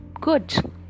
good